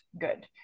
good